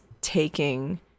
taking